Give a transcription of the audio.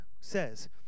says